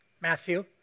Matthew